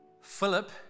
Philip